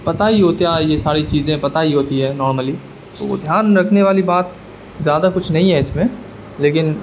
پتہ ہی ہوتا ہے یہ سری چیزیں پتہ ہی ہوتی ہے نارملی تو وہ دھیان میں رکھنے والی بات زیادہ کچھ نہیں ہے اس میں لیکن